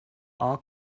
all